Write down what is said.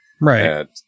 Right